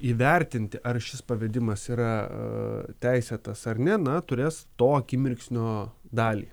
įvertinti ar šis pavedimas yra teisėtas ar ne na turės to akimirksnio dalį